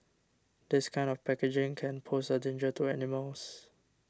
this kind of packaging can pose a danger to animals